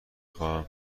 خواهم